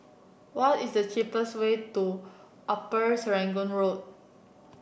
what is the cheapest way to Upper Serangoon Road